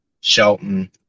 Shelton